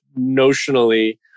notionally